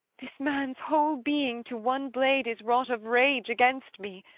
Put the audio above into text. this man's whole being to one blade is wrought of rage against me.